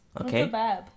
Okay